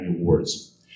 Awards